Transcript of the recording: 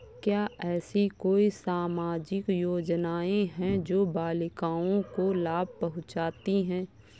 क्या ऐसी कोई सामाजिक योजनाएँ हैं जो बालिकाओं को लाभ पहुँचाती हैं?